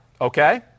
okay